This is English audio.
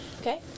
Okay